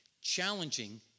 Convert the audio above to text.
challenging